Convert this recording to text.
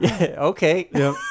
Okay